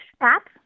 app